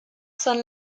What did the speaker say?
son